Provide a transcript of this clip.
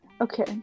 Okay